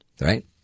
Right